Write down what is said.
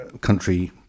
country